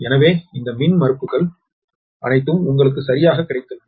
எனவே இந்த மின்மறுப்புகள் அனைத்தும் உங்களுக்கு சரியாக கிடைத்துள்ளன